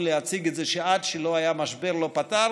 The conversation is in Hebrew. להציג את זה שעד שלא היה משבר לא פתרנו.